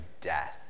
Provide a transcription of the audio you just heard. death